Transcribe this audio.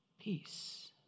Peace